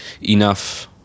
enough